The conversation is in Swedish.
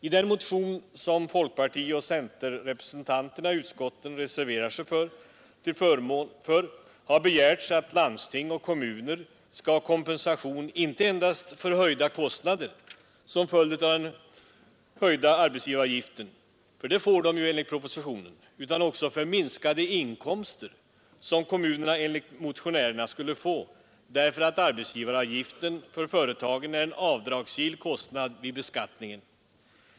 I den motion som folkpartioch centerpartirepresentanterna i utskottet reserverar sig till förmån för har begärts att landsting och kommuner skall ha kompensation inte bara för höjda kostnader till följd av den höjda arbetsgivaravgiften — ty detta får de enligt propositionen — utan också för minskade inkomster som kommunerna enligt motionärerna får därför att arbetsgivaravgiften för företagen är en avdragsgill kostnad vid beskattningen.